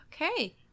Okay